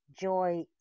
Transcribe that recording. Joy